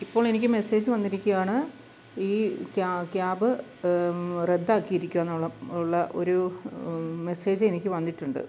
ഇപ്പോളെനിക്ക് message വന്നിരിക്കയാണ് ഈ ക്യാ ക്യാബ് റദ്ദാക്കിയിരിക്കുവാന്നുള്ള ഉള്ള ഒരു മെസ്സേജെനിക്ക് വന്നിട്ടുണ്ട്